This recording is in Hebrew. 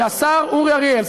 שהשר אורי אריאל,